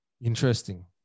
Interesting